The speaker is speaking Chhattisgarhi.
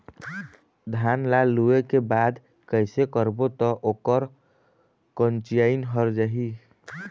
धान ला लुए के बाद कइसे करबो त ओकर कंचीयायिन हर जाही?